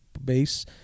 Base